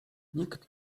nikt